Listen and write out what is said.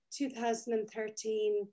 2013